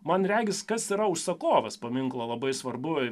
man regis kas yra užsakovas paminklo labai svarbu